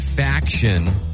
faction